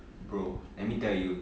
bro let me tell you